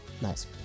Nice